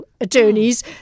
Attorneys